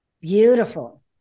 Beautiful